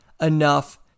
enough